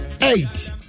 eight